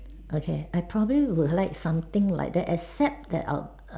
okay I probably will like something like that except that I'll